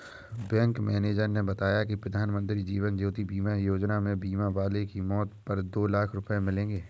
bank manager ने बताया कि प्रधानमंत्री जीवन ज्योति बीमा योजना में बीमा वाले की मौत पर दो लाख रूपये मिलेंगे